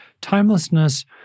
timelessness